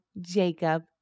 Jacob